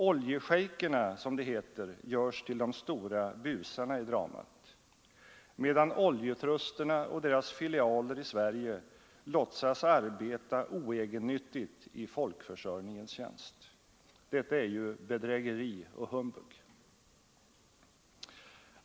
”Oljeschejkerna”, som det heter, görs till de stora busarna i dramat, medan oljetrusterna och deras filialer i Sverige låtsas arbeta oegennyttigt i folkförsörjningens tjänst. Detta är ju bedrägeri och hum bug!